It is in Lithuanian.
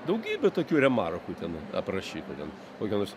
daugybė tokių remarkų ten aprašyta ten kokio nors